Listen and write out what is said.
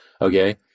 Okay